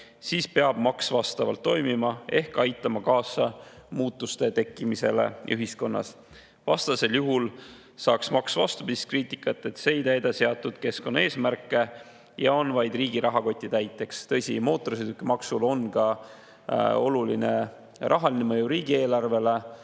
siis peab maks vastavalt toimima ehk aitama kaasa muutuste tekkimisele ühiskonnas. Vastasel juhul saaks maks vastupidist kriitikat, et see ei täida seatud keskkonnaeesmärke ja on vaid riigi rahakoti täiteks. Tõsi, mootorsõidukimaksul on ka oluline rahaline mõju riigieelarvele.